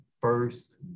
first